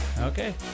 Okay